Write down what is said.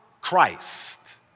Christ